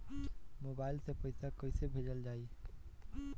Mobile से पैसा कैसे भेजल जाइ?